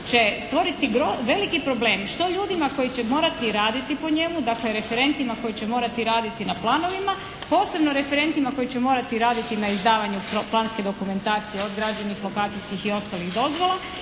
će stvoriti veliki problem što ljudima koji će morati raditi po njemu, dakle referentima koji će morati raditi na planovima, posebno referentima koji će morati raditi na izdavanju planske dokumentacije od građevnih, lokacijskih i ostalih dozvola